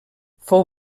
fou